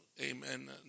amen